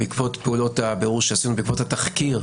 בעקבות פעולות הבירור שעשינו בעקבות התחקיר